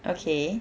okay